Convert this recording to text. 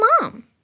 Mom